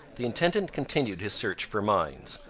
the intendant continued his search for mines,